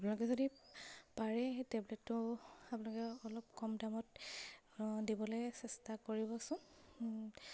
আপোনালোকে যদি পাৰে সেই টেবলেটটো আপোনালোকে অলপ কম দামত দিবলৈ চেষ্টা কৰিবচোন